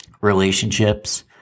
Relationships